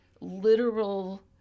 literal –